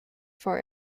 for